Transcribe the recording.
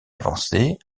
avancée